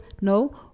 no